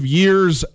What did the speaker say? years